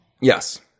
yes